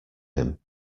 him